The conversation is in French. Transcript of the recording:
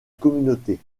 communauté